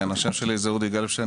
אני אודי גלבשטיין,